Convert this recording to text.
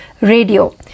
radio